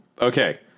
okay